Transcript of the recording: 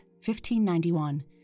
1591